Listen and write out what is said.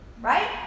Right